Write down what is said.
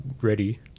ready